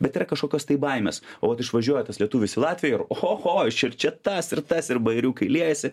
bet yra kažkokios tai baimės o vat išvažiuoja tas lietuvis į latviją oho aš ir čia tas ir tas ir bajeriukai liejasi